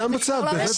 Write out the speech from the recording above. זה בכלל לא המצב.